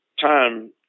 time